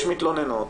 יש מתלוננות.